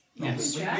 Yes